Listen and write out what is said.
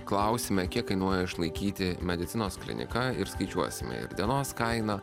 klausime kiek kainuoja išlaikyti medicinos kliniką ir skaičiuosime ir dienos kainą